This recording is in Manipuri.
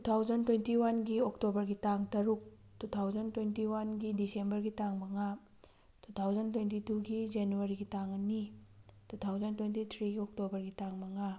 ꯇꯨ ꯊꯥꯎꯖꯟ ꯇ꯭ꯋꯦꯟꯇꯤ ꯋꯥꯟꯒꯤ ꯑꯣꯛꯇꯣꯕꯔꯒꯤ ꯇꯥꯡ ꯇꯔꯨꯛ ꯇꯨ ꯊꯥꯎꯖꯟ ꯇ꯭ꯋꯦꯟꯇꯤ ꯋꯥꯟꯒꯤ ꯗꯤꯁꯦꯝꯕꯔꯒꯤ ꯇꯥꯡ ꯃꯉꯥ ꯇꯨ ꯊꯥꯎꯖꯟ ꯇ꯭ꯋꯦꯟꯇꯤ ꯇꯨꯒꯤ ꯖꯅꯨꯋꯥꯔꯤꯒꯤ ꯇꯥꯡ ꯑꯅꯤ ꯇꯨ ꯊꯥꯎꯖꯟ ꯇ꯭ꯋꯦꯟꯇꯤ ꯊ꯭ꯔꯤꯒꯤ ꯑꯣꯛꯇꯣꯕꯔꯒꯤ ꯇꯥꯡ ꯃꯉꯥ